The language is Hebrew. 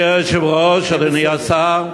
אדוני היושב-ראש, אדוני השר,